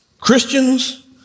Christians